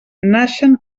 naixen